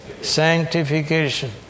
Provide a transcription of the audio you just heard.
Sanctification